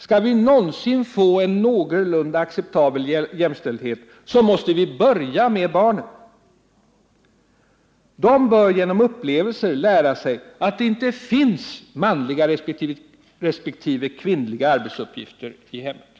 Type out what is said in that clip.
Skall vi någonsin få en någorlunda acceptabel jämställdhet, så måste vi börja med barnen. De bör genom upplevelser lära sig att det inte finns manliga resp. kvinnliga arbetsuppgifter i hemmet.